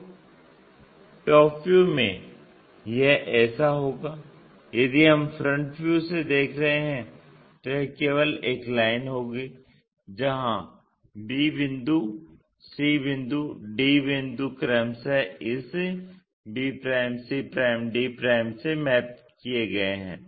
तो top view में यह ऐसा होगा यदि हम फ्रंट व्यू से देख रहे हैं तो यह केवल एक लाइन होगी जहां b बिंदु c बिंदु d बिंदु क्रमशः इस b c d से मैप किए गए हैं